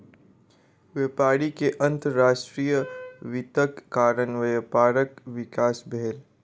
व्यापारी के अंतर्राष्ट्रीय वित्तक कारण व्यापारक विकास भेल